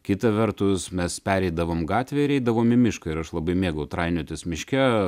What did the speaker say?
kita vertus mes pereidavom gatvę ir eidavom į mišką ir aš labai mėgau trainiotis miške